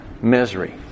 misery